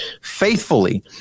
faithfully